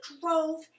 drove